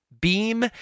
Beam